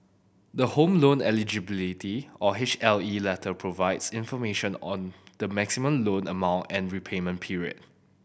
the Home Loan Eligibility or H L E letter provides information on the maximum loan amount and repayment period